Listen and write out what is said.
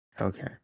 Okay